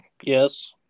Yes